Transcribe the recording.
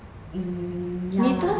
hmm ya lah